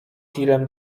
tirem